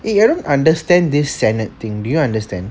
eh I don't understand this senate thing do you understand